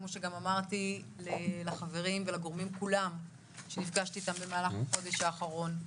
כמו שגם אמרתי לחברים ולגורמים אם נפגשתי במהלך החודש האחרון,